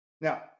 Now